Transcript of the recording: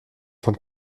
von